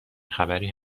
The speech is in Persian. خبری